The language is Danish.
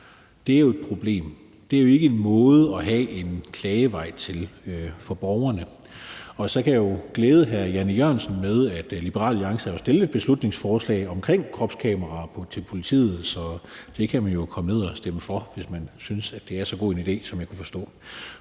vej, er jo et problem. Det er jo ikke en måde at have en klagevej på for borgerne. Så kan jeg glæde hr. Jan E. Jørgensen med, at Liberal Alliance har fremsat et beslutningsforslag om kropskameraer til politiet, så det kan man jo komme ned og stemme for, hvis man synes, det er så god en idé, som jeg kan forstå